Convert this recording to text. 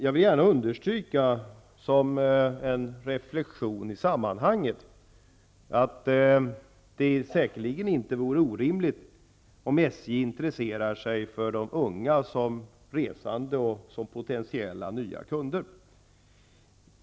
Herr talman! Jag vill, som en reflexion i sammanhanget, understryka att det säkerligen inte är en orimlighet att SJ skulle intressera sig för de unga som resande och som potentiella nya kunder.